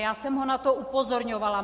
Já jsem ho na to upozorňovala.